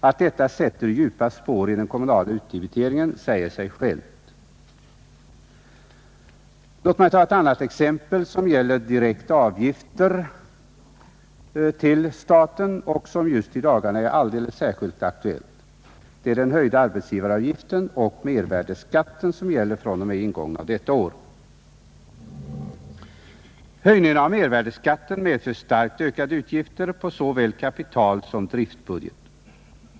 Att detta sätter djupa spår i den kommunala utdebiteringen säger sig självt. Låt mig ta ett annat exempel som gäller direkta avgifter till staten och som just i dagarna är alldeles särskilt aktuellt. Det gäller den höjda arbetsgivaravgiften och den mervärdeskatt, som gäller fr.o.m. ingången av detta år. Höjningen av mervärdeskatten medför starkt ökade utgifter på såväl kapitalsom driftbudgeten.